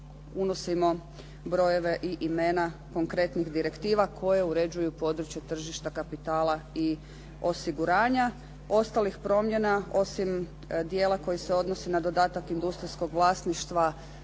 unosimo brojeve i imena konkretnih direktiva koje uređuju područje tržište kapitala i osiguranja. Ostalih promjena osim dijela koje se odnosi na dodatak industrijskog vlasništva